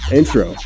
intro